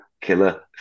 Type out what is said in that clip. killer